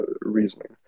reasoning